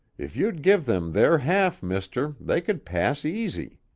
if you'd give them their half, mister, they could pass easy.